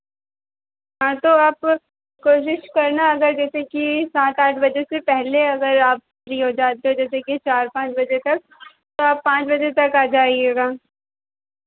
हाँ तो आप कोशिश अगर करना जैसे कि सात आठ बजे से पहले अगर आप फ्री हो जाते हो जैसे कि चार पाँच बजे तक तो आप पाँच बजे तक आ जाइएगा